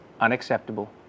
Unacceptable